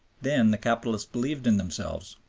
then the capitalists believed in themselves,